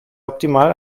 optimal